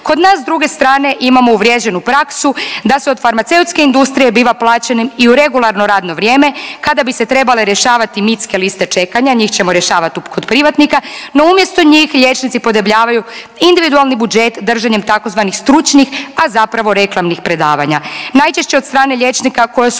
Kod nas s druge strane imamo uvriježenu praksu da se od farmaceutske industrije biva plaćenim i u regularno radno vrijeme kada bi se trebale rješavati mitske liste čekanja. Njih ćemo rješavati kod privatnika, no umjesto njih liječnici podebljavaju individualni budžet držanjem tzv. stručnih a zapravo reklamnih predavanja. Najčešće od strane liječnika koji su